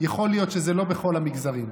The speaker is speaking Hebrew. יכול להיות שזה לא בכל המגזרים.